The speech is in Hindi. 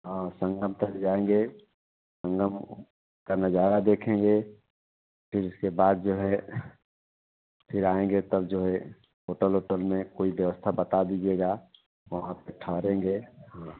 हाँ संगम तट जाएँगे संगम का नज़ारा देखेंगे फ़िर इसके बाद जो है फ़िर आएँगे तब जो है होटल ओटल में कोई व्यवस्था बता दीजिएगा वहाँ पर ठहरेंगे हाँ